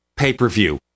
pay-per-view